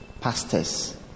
pastors